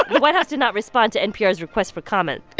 but but white house did not respond to npr's request for comment